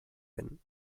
win